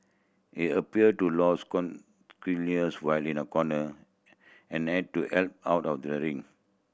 he appeared to lose while in a corner and had to helped out of the ring